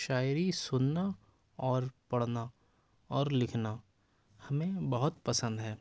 شاعری سننا اور پڑھنا اور لکھنا ہمیں بہت پسند ہے